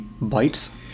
bytes